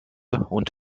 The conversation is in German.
und